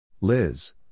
Liz